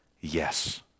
yes